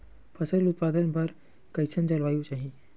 फसल उत्पादन बर कैसन जलवायु चाही?